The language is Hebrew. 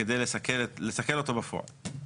כדי לסכן אותו בפועל.